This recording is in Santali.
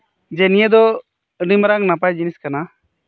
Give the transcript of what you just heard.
ᱡᱮ ᱱᱤᱭᱟᱹ ᱫᱚ ᱟᱹᱰᱤᱢᱟᱨᱟᱝ ᱱᱟᱯᱟᱭ ᱡᱤᱱᱤᱥ ᱠᱟᱱᱟ